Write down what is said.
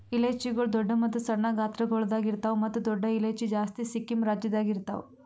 ಇಲೈಚಿಗೊಳ್ ದೊಡ್ಡ ಮತ್ತ ಸಣ್ಣ ಗಾತ್ರಗೊಳ್ದಾಗ್ ಇರ್ತಾವ್ ಮತ್ತ ದೊಡ್ಡ ಇಲೈಚಿ ಜಾಸ್ತಿ ಸಿಕ್ಕಿಂ ರಾಜ್ಯದಾಗ್ ಇರ್ತಾವ್